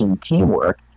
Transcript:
teamwork